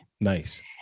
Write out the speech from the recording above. Nice